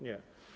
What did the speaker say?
Nie.